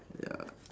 ya